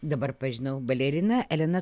dabar pažinau balerina elena